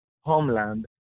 homeland